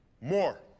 More